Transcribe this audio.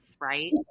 right